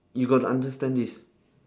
you got to understand this